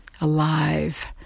alive